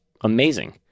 amazing